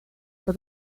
for